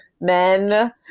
Men